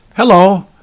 Hello